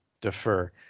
defer